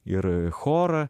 ir chorą